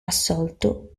assolto